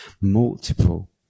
multiple